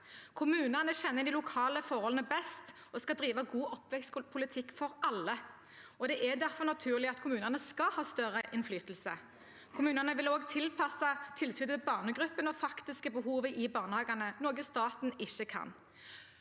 Kommunene kjenner de lokale forholdene best og skal drive god oppvekstpolitikk for alle, og det er derfor naturlig at kommunene skal ha større innflytelse. Kommunene vil også tilpasse tilbudet til barnegruppen og det faktiske behovet i barnehagene, noe staten ikke kan.